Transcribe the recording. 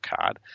card